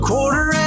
quarter